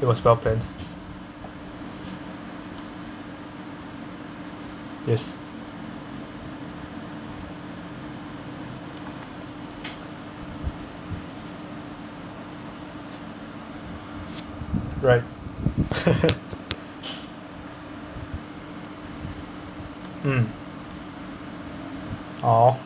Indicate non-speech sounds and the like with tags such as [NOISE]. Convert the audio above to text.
it was well planned yes right [LAUGHS] mm !aww!